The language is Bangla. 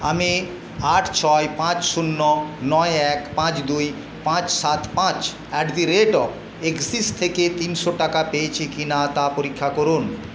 আমি আট ছয় পাঁচ শূন্য নয় এক পাঁচ দুই পাঁচ সাত পাঁচ অ্যাটদারেট অফ এক্সিস থেকে তিনশো টাকা পেয়েছি কিনা তা পরীক্ষা করুন